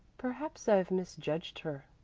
perhaps i've misjudged her,